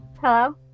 Hello